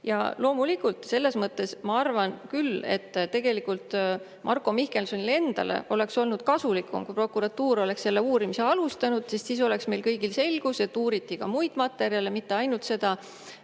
kasutatud. Loomulikult, selles mõttes, ma arvan küll, et Marko Mihkelsonile endale oleks olnud kasulikum, kui prokuratuur oleks selle uurimise algatanud, sest siis oleks meil kõigil selgus, et uuriti ka muid materjale, mitte ainult seda